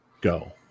go